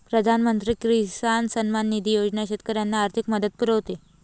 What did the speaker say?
प्रधानमंत्री किसान सन्मान निधी योजना शेतकऱ्यांना आर्थिक मदत पुरवते